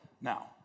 Now